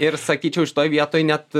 ir sakyčiau šitoj vietoj net